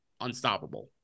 unstoppable